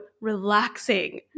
relaxing